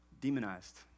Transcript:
demonized